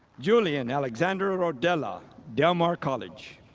julian alexandra rodela, del mar college.